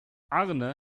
arne